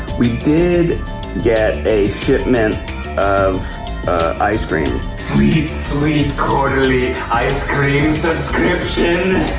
we did get a shipment of ice cream. sweet sweet quarterly ice cream subscription.